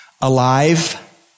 alive